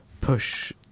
push